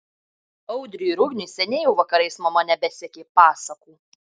audriui ir ugniui seniai jau vakarais mama nebesekė pasakų